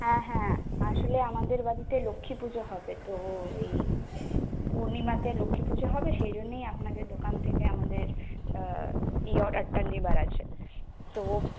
হ্যাঁ হ্যাঁ আসলে আমাদের বাড়িতে লক্ষ্মীপুজো হবে তো এই পূর্ণিমাতে লক্ষ্মীপুজো হবে সেইজন্যই আপনাদের দোকান থেকে আমাদের এই অর্ডারটা নেবার আছে তো